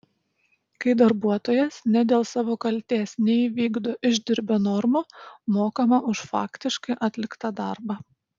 kai darbuotojas ne dėl savo kaltės neįvykdo išdirbio normų mokama už faktiškai atliktą darbą